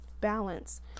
Balance